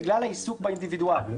בגלל העיסוק באינדיבידואל.